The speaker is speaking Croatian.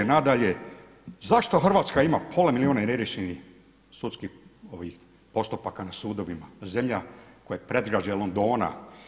Nadalje, zašto Hrvatska ima pola milijuna neriješenih sudskih postupaka, postupaka na sudovima, zemlja koje je predgrađe Londona.